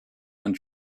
and